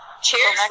Cheers